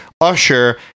Usher